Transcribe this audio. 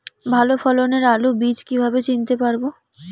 ভালো ফলনের আলু বীজ কীভাবে চিনতে পারবো?